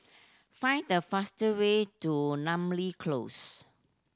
find the fast way to Namly Close